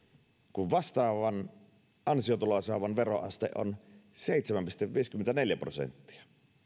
kun vastaavan ansiotuloa saavan veroaste on seitsemän pilkku viisikymmentäneljä prosenttia